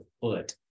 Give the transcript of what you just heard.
foot